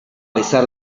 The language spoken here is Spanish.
pesar